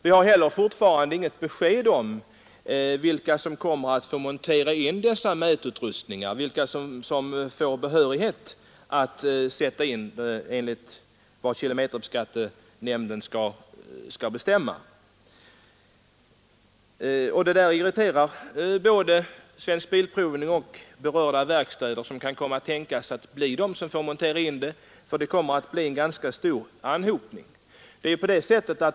Vi har fortfarande inget besked om vilka som av kilometerskattenämnden kommer att få behörighet att montera in dessa mätutrustningar. Det irriterar både Svensk bilprovning och verkstäder, som kan tänkas få behörighet, för det kommer att medföra en ganska stor anhopning vid årets början.